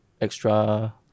extra